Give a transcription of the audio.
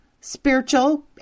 spiritual